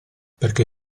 perché